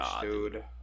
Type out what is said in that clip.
dude